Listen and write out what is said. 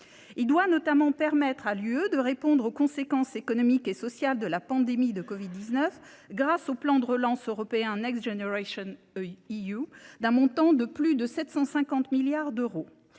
Il doit notamment permettre à l’Union européenne de répondre aux conséquences économiques et sociales de la pandémie de covid 19, grâce au plan de relance européen d’un montant de plus de 750 milliards d’euros.